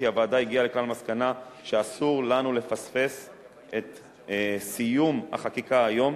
כי הוועדה הגיעה לכלל מסקנה שאסור לנו לפספס את סיום החקיקה היום.